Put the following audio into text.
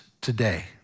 today